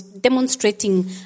demonstrating